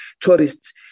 tourists